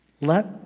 Let